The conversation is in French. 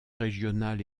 régional